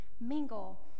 mingle